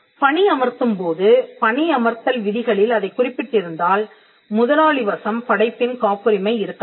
பணியமர்த்தும் போது பணியமர்த்தல் விதிகளில் அதைக் குறிப்பிட்டிருந்தால் முதலாளி வசம் படைப்பின் காப்புரிமை இருக்கலாம்